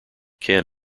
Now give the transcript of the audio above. ken